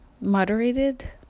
moderated